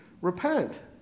repent